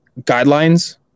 guidelines